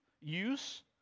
use